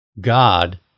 God